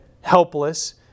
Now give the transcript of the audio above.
helpless